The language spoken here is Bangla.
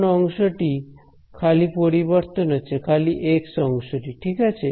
কোন অংশটি খালি পরিবর্তন হচ্ছে খালি এক্স অংশটি ঠিক আছে